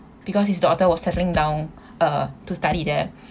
because his daughter was settling down uh to study there